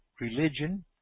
religion